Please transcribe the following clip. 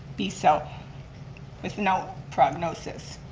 b-cell, with no prognosis.